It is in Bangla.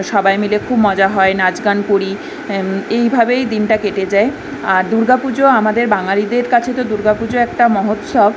সবাই মিলে খুব মজা হয় নাচ গান করি এইভাবেই দিনটা কেটে যায় আর দুর্গা পুজো আমাদের বাঙালিদের কাছে তো দুর্গা পুজো একটা মহোৎসব